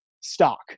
stock